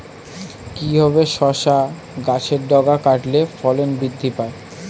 কিভাবে শসা গাছের ডগা কাটলে ফলন বৃদ্ধি পায়?